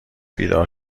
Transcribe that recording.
بیدار